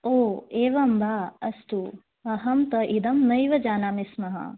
ओ एवं वा अस्तु अहं तु इदं नैव जानामि स्म